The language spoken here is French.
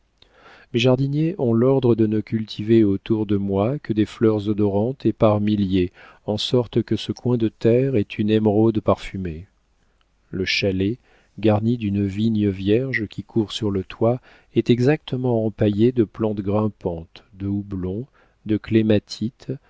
mes jardiniers ont l'ordre de ne cultiver autour de moi que des fleurs odorantes et par milliers en sorte que ce coin de terre est une émeraude parfumée le chalet garni d'une vigne vierge qui court sur le toit est exactement empaillé de plantes grimpantes de houblon de clématite